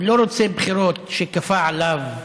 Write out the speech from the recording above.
הוא לא רוצה בחירות שכפה עליו ליברמן,